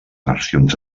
versions